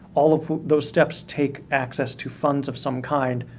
all of those steps take access to funds of some kind.